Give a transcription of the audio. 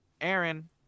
Aaron